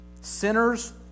Sinners